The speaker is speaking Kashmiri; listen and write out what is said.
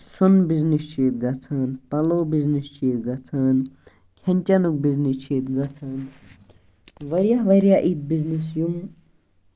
سونہٕ بِزنٮ۪س چھُ ییٚتہِ گژھان پَلو بِزنٮ۪س چھ ییٚتہِ گژھان ہُم جینرَل بِزنٮ۪س چھِ ییٚتہِ گژھان واریاہ واریاہ یِتھِ بِزنٮ۪س یِم